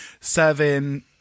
serving